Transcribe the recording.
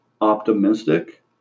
optimistic